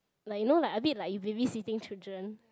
like you know like a bit like you babysitting children